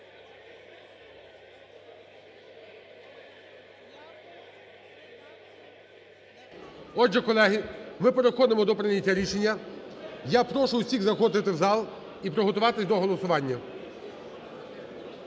Отже, колеги, ми переходимо до прийняття рішення. Я прошу всіх заходити у зал і приготуватись до голосування.